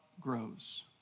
grows